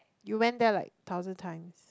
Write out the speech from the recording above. you went there like thousand times